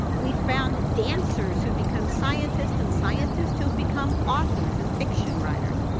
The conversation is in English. we found dancers who become scientists and scientists who've become authors and fiction writers.